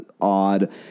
odd